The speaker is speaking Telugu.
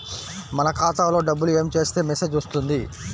మన ఖాతాలో డబ్బులు ఏమి చేస్తే మెసేజ్ వస్తుంది?